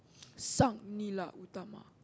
Sang-Nila-Utama